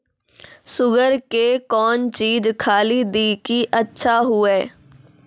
Sugar के कौन चीज खाली दी कि अच्छा हुए?